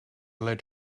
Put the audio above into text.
led